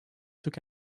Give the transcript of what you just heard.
took